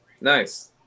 Nice